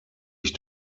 ich